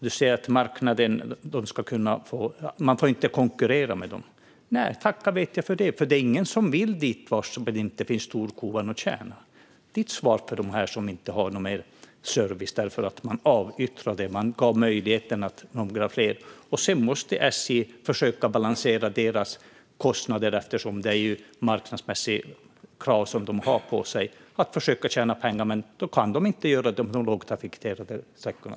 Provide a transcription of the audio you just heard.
Du säger att man inte får konkurrera med företag på marknaden. Tacka vet jag det. Det är ingen som vill dit där det inte finns storkovan att tjäna. Det är svaret till dem som inte har någon mer service. Man avyttrade och gav möjligheten till några fler. Sedan måste SJ försöka balansera sina kostnader, eftersom det har marknadsmässiga krav på sig att försöka tjäna pengar. Det kan det inte göra på de lågtrafikerade sträckorna.